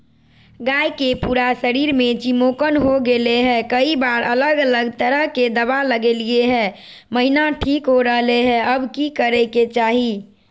गाय के पूरा शरीर में चिमोकन हो गेलै है, कई बार अलग अलग तरह के दवा ल्गैलिए है महिना ठीक हो रहले है, अब की करे के चाही?